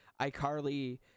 iCarly